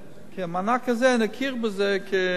נכיר במענק הזה לא כהכנסה,